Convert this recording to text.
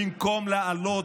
במקום לעלות,